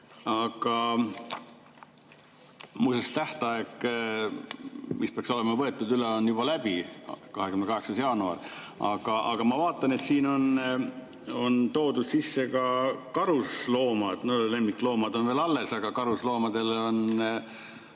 Muuseas, tähtaeg, millal peaks olema üle võetud, on juba läbi, 28. jaanuar. Aga ma vaatan, et siia on toodud sisse ka karusloomad, lemmikloomad on veel alles, aga karusloomadele on